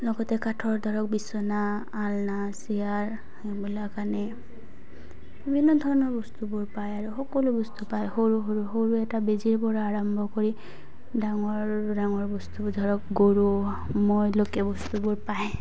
লগতে কাঠৰ ধৰক বিচনা আলনা চেয়াৰ সেইবিলাক আনে বিভিন্ন ধৰণৰ বস্তুবোৰ পায় আৰু সকলো বস্তু পায় সৰু সৰু সৰু এটা বেজিৰ পৰা আৰম্ভ কৰি ডাঙৰ ডাঙৰ বস্তুবোৰ ধৰক গৰু মৈলৈকে বস্তুবোৰ পায়